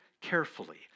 carefully